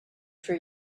for